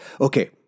Okay